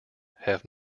have